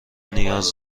نیاز